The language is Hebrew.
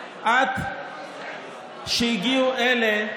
עד שהגיעו אלה,